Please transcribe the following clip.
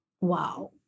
Wow